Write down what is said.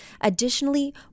Additionally